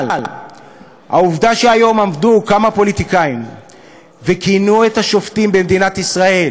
אבל העובדה שהיום עמדו כמה פוליטיקאים וכינו את השופטים במדינת ישראל